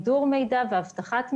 מידור מידע ואבטחת מידע,